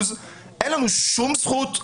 אין לנו שום זכות,